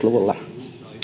luvulla